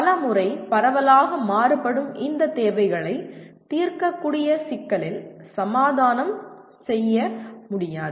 பல முறை பரவலாக மாறுபடும் இந்த தேவைகளை தீர்க்கக்கூடிய சிக்கலில் சமாதானம் செய்ய முடியாது